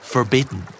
Forbidden